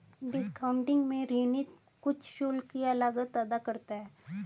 discounting में ऋणी कुछ शुल्क या लागत अदा करता है